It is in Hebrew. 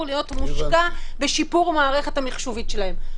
להיות מושקע בשיפור המערכת המחשובית שלהם.